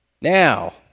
Now